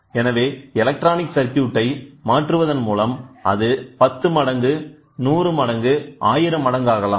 எனவே எலக்ட்ரானிக் சர்க்யூட்டை மாற்றுவதன் மூலம் அது 10 மடங்கு 100 மடங்கு 1000 மடங்காக்கலாம்